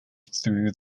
through